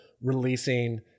releasing